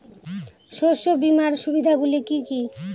শস্য বিমার সুবিধাগুলি কি কি?